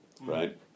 Right